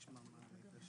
בבקשה.